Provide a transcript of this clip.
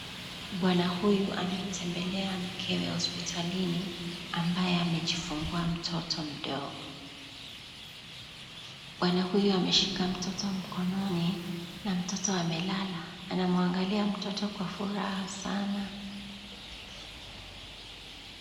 Bwana huyu amemtembelea mkewe hospitalini ambaye amejifungua mtoto mdogo. Bwana huyu ameshika mtoto mkononi na mtoto amelala, anamwangalia mtoto kwa furaha sana.